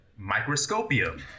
microscopium